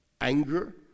anger